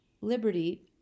liberty